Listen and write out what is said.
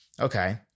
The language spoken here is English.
Okay